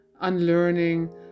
unlearning